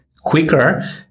quicker